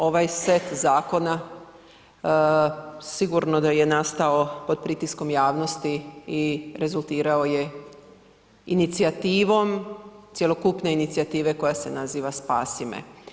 Ovaj set zakona sigurno da je nastao pod pritiskom javnosti i rezultirao je inicijativom cjelokupne inicijative koja se naziva „Spasi me“